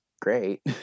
great